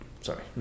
sorry